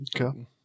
Okay